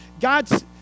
God's